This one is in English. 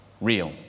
real